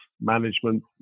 management